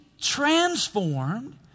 transformed